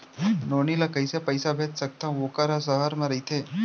नोनी ल कइसे पइसा भेज सकथव वोकर ह सहर म रइथे?